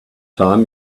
time